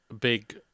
big